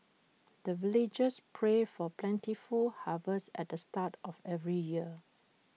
the villagers pray for plentiful harvest at the start of every year